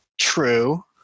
True